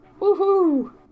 Woohoo